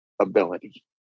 ability